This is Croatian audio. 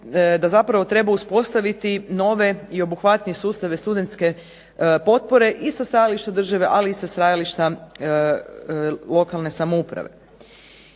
da zapravo treba uspostaviti nove i obuhvatnije sustave studentske potpore i sa stajališta države, ali i sa stajališta lokalne samouprave.